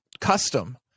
Custom